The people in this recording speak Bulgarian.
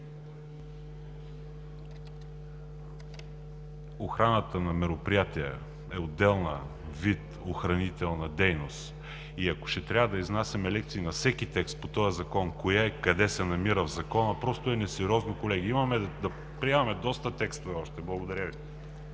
Охраната на мероприятия е отделна вид охранителна дейност и ако ще трябва да изнасяме лекции на всеки текст по този закон кое и къде се намира в Закона, просто е несериозно, колеги! Имаме да приемаме доста текстове още. Благодаря Ви.